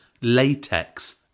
latex